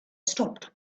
stopped